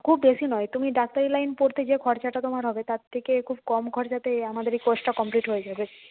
খুব বেশি নয় তুমি ডাক্তারি লাইন পড়তে যে খরচাটা তোমার হবে তার থেকে খুব কম খরচাতে আমাদের এই কোর্সটা কমপ্লিট হয়ে যাবে